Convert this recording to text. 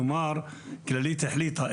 כלומר כללית החליטה,